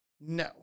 No